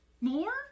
more